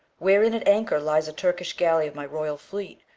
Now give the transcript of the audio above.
wherein at anchor lies a turkish galley of my royal fleet,